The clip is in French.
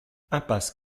impasse